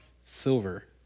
silver